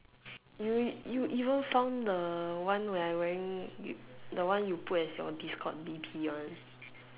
you you even found the one where I wearing you the one you put as your discord D_P one